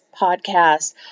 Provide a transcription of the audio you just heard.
podcast